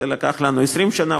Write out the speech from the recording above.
זה לקח לנו 20 שנה,